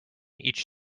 each